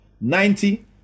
ninety